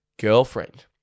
girlfriend